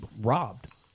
robbed